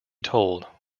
told